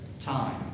time